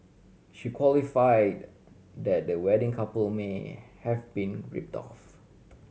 she qualified that the wedding couple may have been ripped off